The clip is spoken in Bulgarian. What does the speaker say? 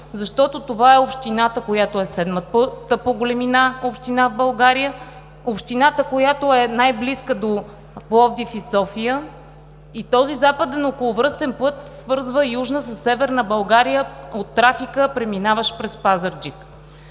Това е общината, която е седма по големина в България; общината, която е най-близка до Пловдив и София, и този Западен околовръстен път свързва Южна със Северна България от трафика, преминаващ през Пазарджик.